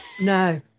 No